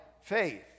faith